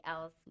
else